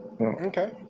Okay